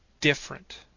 different